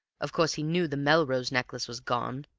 of course he knew the melrose necklace was gone,